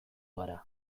gara